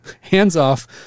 hands-off